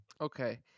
Okay